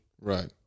right